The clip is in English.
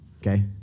Okay